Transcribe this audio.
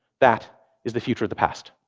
that is the future of the past.